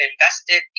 invested